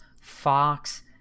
Fox